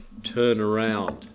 turnaround